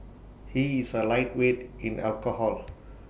he is A lightweight in alcohol